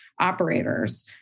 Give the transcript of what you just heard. operators